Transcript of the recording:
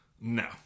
No